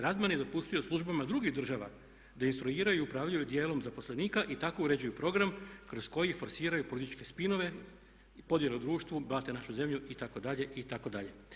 Radman je dopustio službama drugih država da instruiraju i upravljaju dijelom zaposlenika i tako uređuju program kroz koji forsiraju političke spinove i podjele u društvu, blate našu zemlju itd. itd.